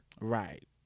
right